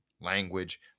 language